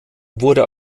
wurde